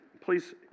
Please